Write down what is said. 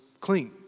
clean